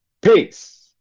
Peace